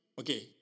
okay